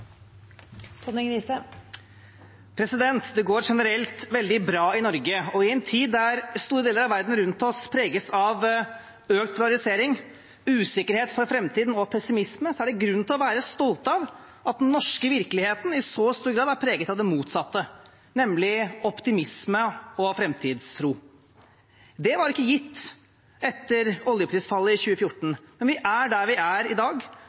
inne. Det går generelt veldig bra i Norge. I en tid da store deler av verden rundt oss preges av økt polarisering, usikkerhet for framtiden og pessimisme, er det grunn til å være stolt av at den norske virkeligheten i så stor grad er preget av det motsatte, nemlig av optimisme og av framtidstro. Det var ikke gitt etter oljeprisfallet i 2014, men vi er der vi er i dag